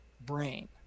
brain